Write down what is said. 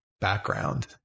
background